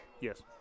Yes